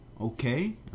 okay